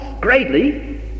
greatly